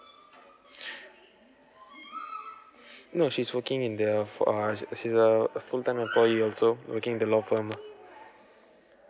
no she's working in the fi~ uh she's a full time worker also working in the law firm ah